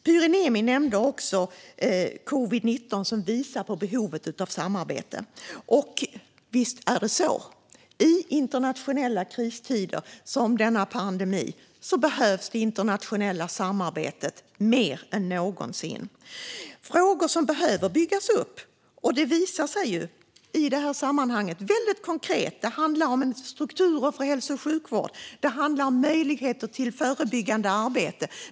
Pyry Niemi nämnde covid-19, som visar på behovet av samarbete. Och visst är det så; i internationella kristider, som under denna pandemi, behövs det internationella samarbetet mer än någonsin. Frågor som behöver byggas upp - och det visar sig väldigt konkret i det här sammanhanget - handlar om strukturer för hälso och sjukvård och om möjligheter till förebyggande arbete.